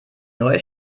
neue